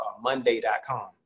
Monday.com